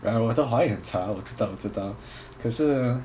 uh 我的华语很强我知道我知道可是